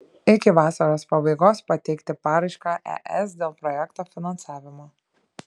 iki vasario pabaigos pateikti paraišką es dėl projekto finansavimo